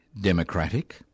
democratic